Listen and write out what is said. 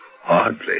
Hardly